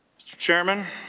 mr. chairman,